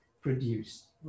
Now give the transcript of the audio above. produced